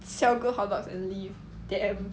siao go hotdogs and leave damn